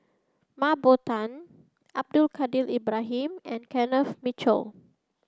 Mah Bow Tan Abdul Kadir Ibrahim and Kenneth Mitchell